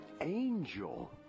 angel